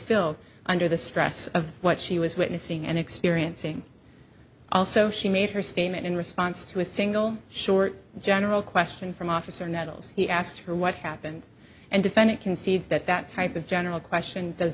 still under the stress of what she was witnessing and experiencing also she made her statement in response to a single short general question from officer nettles he asked her what happened and defendant concedes that that type of general question does